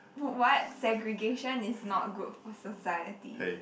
what segregation is not good for society